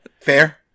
Fair